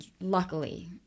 luckily